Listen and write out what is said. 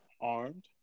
armed